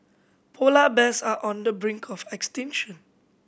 polar bears are on the brink of extinction